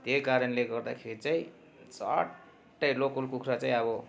त्यही कारणले गर्दाखेरि चाहिँ चट्टै लोकल कुखुरा चाहिँ अब